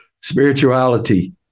Spirituality